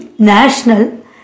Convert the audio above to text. National